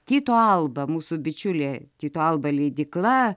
tyto alba mūsų bičiulė tyto alba leidykla